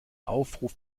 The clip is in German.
aufruf